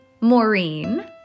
Maureen